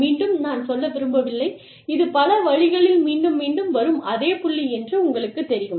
மீண்டும் நான் சொல்ல விரும்பவில்லை இது பல வழிகளில் மீண்டும் மீண்டும் வரும் அதே புள்ளி என்று உங்களுக்கு தெரியும்